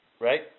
right